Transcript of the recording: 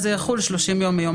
אז זה יחול 30 יום מיום